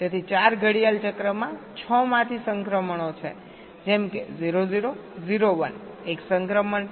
તેથી 4 ઘડિયાળ ચક્રમાં 6 માંથી સંક્રમણો છે જેમ કે 0 0 0 1 એક સંક્રમણ છે